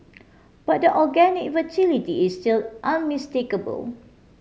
but the organic vitality is still unmistakable